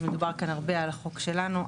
אז מדובר כאן הרבה על החוק שלנו.